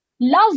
love